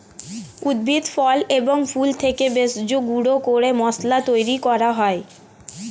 উদ্ভিদ, ফল এবং ফুল থেকে ভেষজ গুঁড়ো করে মশলা তৈরি করা হয়